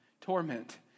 torment